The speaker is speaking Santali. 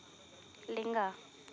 ᱞᱮᱸᱜᱟ